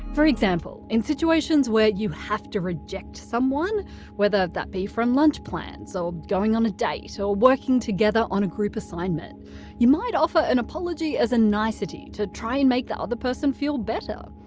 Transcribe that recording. for example, in situations where you have to reject someone whether that be from lunch plans or going on a date so or working together on a group assignment you might offer an apology as a nicety to try and make the other person feel better.